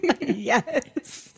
Yes